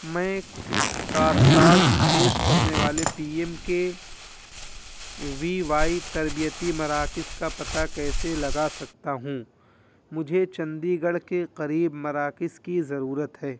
میں کار ساز پیش کرنے والے P M K V Y تربیتی مراکز کا پتہ کیسے لگا سکتا ہوں مجھے چنڈی گڑھ کے قریب مراکز کی ضرورت ہے